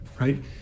right